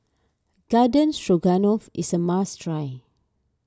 Garden Stroganoff is a must try